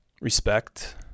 respect